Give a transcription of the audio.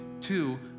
Two